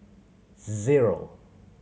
zero